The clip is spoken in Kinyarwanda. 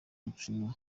mikino